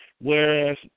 whereas